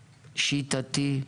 שיטתי,